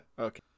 Okay